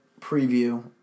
preview